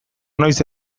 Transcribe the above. noiz